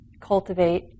cultivate